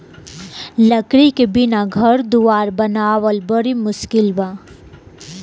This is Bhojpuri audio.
लकड़ी के बिना घर दुवार बनावल बड़ी मुस्किल बा